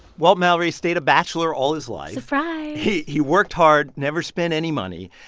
walt mallory stayed a bachelor all his life surprise he he worked hard, never spent any money.